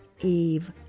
Eve